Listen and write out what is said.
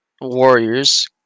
Warriors